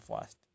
first